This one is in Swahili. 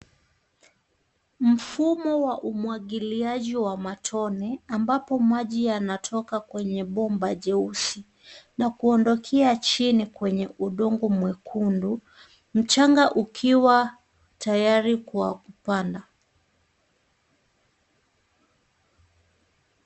Mfumo wa umwagiliaji wa matone ambapo maji yanatoka kwenye bomba jeusi na kuondokea chini kwenye udongo mwekundu mchanga ukiwa tayari kwa kupanda.